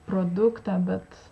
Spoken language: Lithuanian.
produktą bet